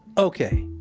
okay,